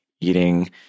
eating